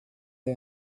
the